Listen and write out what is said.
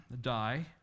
die